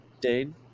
Dane